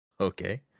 Okay